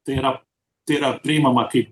tai yra tai yra priimama kaip